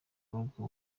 rugo